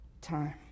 time